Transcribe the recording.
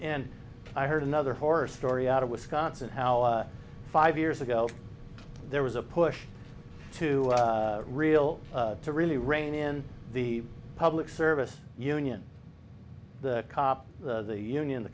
and i heard another horror story out of wisconsin how five years ago there was a push to reel to really rein in the public service union the cop the union the